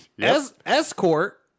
Escort